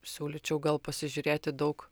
siūlyčiau gal pasižiūrėti daug